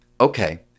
okay